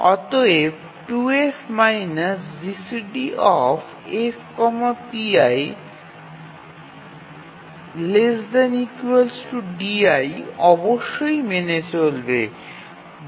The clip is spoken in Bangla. অতএব 2F GCDF pi ≤ di অবশ্যই মেনে চলবে